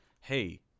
Hey